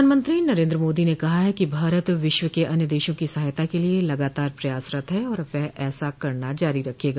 प्रधानमंत्री नरेन्द्र मोदी ने कहा है कि भारत विश्व के अन्य देशों की सहायता के लिए लगातार प्रयासरत है और वह ऐसा करना जारी रखेगा